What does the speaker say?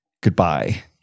goodbye